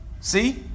See